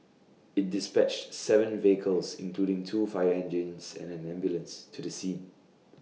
IT dispatched Seven vehicles including two fire engines and an ambulance to the scene